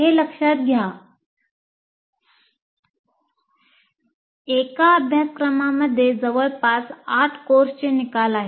हे लक्षात घ्या एका अभ्यासक्रमामध्ये जवळपास 8 कोर्सचे निकाल आहेत